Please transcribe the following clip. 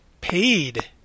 paid